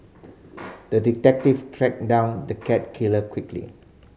the detective tracked down the cat killer quickly